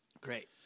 Great